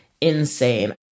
Insane